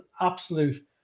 absolute